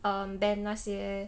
um ban 那些